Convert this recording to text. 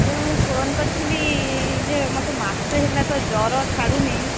ଏ ମୁଁ ଫୋନ୍ କରିଥିଲି ଯେ ମତେ ମାସେ ହେଲା ତ ଜ୍ୱର ଛାଡ଼ୁନି